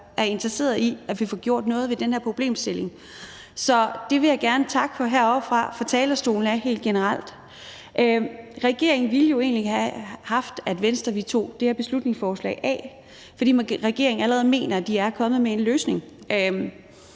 er interesserede i, at vi får gjort noget ved den her problemstilling. Så det vil jeg gerne takke for heroppe fra talerstolen helt generelt. Regeringen ville jo egentlig have haft, at vi i Venstre havde taget det her beslutningsforslag af, fordi regeringen allerede mener, at de er kommet med en løsning.